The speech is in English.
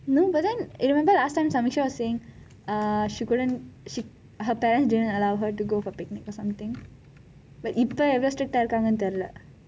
no but then remember last time samyuksha was saying err she couldn't her parents didn't allow her to go for picnic or something இப்பே எவ்வளவு:ippei evalavu strict ஆக இருக்காங்க தெரியலை:aaka irukkanga theriyalai